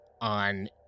on